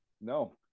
No